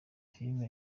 filime